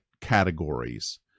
categories